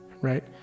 right